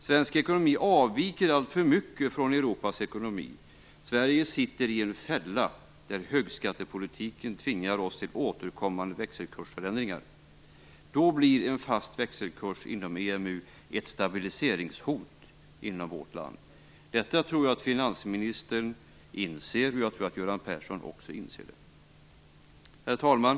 Svensk ekonomi avviker alltför mycket från Europas ekonomi. Sverige sitter i en fälla där högskattepolitiken tvingar oss till återkommande växelkursförändringar. Då blir en fast växelkurs inom EMU ett stabiliseringshot inom vårt land. Detta tror jag att finansministern och Göran Persson inser. Herr talman!